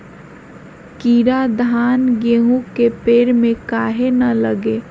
कीरा धान, गेहूं के पेड़ में काहे न लगे?